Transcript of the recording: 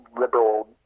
liberal